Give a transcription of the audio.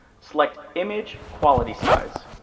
select image quality size,